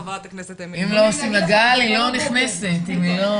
ובוודאי טיפול באומנויות זה משהו שבאמת נצרך לאוכלוסייה רחבה ביותר.